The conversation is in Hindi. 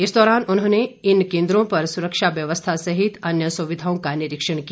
इस दौरान उन्होंने इन केन्द्रों पर सुरक्षा व्यवस्था सहित अन्य सुविधाओं का निरीक्षण किया